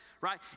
right